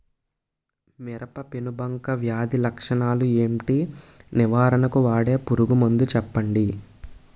మిరప పెనుబంక వ్యాధి లక్షణాలు ఏంటి? నివారణకు వాడే పురుగు మందు చెప్పండీ?